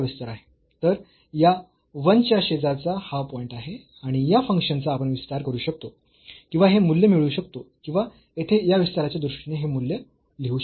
तर या 1 च्या शेजारचा हा पॉईंट आहे आणि या फंक्शनचा आपण विस्तार करू शकतो किंवा हे मूल्य मिळवू शकतो किंवा येथे या विस्ताराच्या दृष्टीने हे मूल्य लिहू शकतो